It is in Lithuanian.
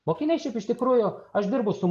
mokiniai šiaip iš tikrųjų aš dirbu su